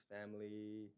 family